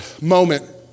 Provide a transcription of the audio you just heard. moment